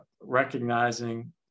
recognizing